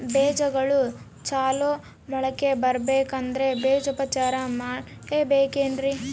ಬೇಜಗಳು ಚಲೋ ಮೊಳಕೆ ಬರಬೇಕಂದ್ರೆ ಬೇಜೋಪಚಾರ ಮಾಡಲೆಬೇಕೆನ್ರಿ?